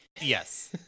Yes